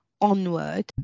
onward